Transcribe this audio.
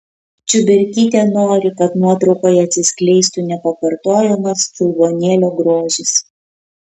čiuberkytė nori kad nuotraukoje atsiskleistų nepakartojamas čiulbuonėlio grožis